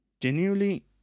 genuinely